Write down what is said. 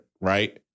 right